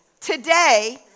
today